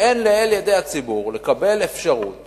ואין לאל ידי הציבור לקבל אפשרות